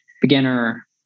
beginner